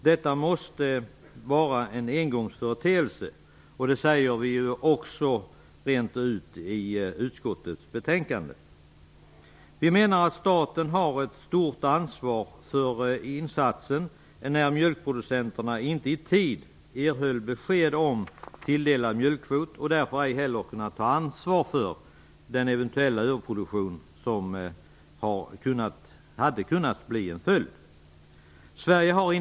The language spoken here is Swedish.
Detta måste vara en engångsföreteelse, vilket vi också säger i utskottets betänkande. miljoner kilo per år.